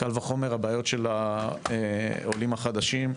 קל וחומר הבעיות של העולים החדשים,